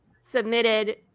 submitted